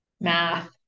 math